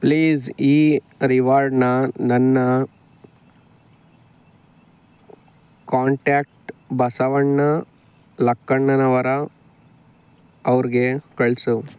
please ಈ ರಿವಾರ್ಡ್ನ ನನ್ನ ಕಾಂಟ್ಯಾಕ್ಟ್ ಬಸವಣ್ಣ ಲಕ್ಕಣ್ಣನವರ ಅವ್ರಿಗೆ ಕಳಿಸು